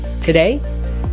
Today